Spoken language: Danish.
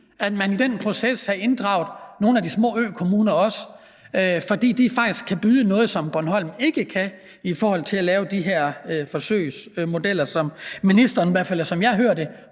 at man i den proces også havde inddraget nogle af de små økommuner, fordi de faktisk kan tilbyde noget, som Bornholm ikke kan, i forhold til at lave de her forsøgsmodeller, som ministeren, som jeg hører